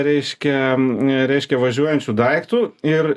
reiškia reiškia važiuojančiu daiktu ir